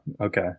okay